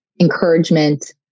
encouragement